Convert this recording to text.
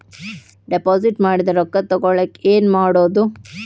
Deposit ಮಾಡಿದ ರೊಕ್ಕ ತಗೋಳಕ್ಕೆ ಏನು ಮಾಡೋದು?